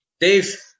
Dave